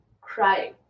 crying